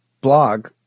blog